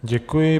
Děkuji.